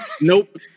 Nope